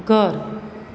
ઘર